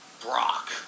Brock